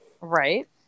Right